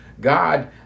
God